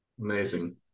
Amazing